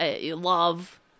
love